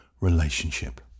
relationship